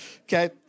Okay